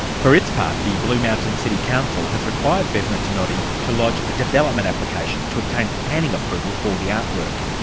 for its part, the blue mountains city council has required vesna tenodi to lodge a development application to obtain planning approval for the artwork.